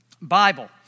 Bible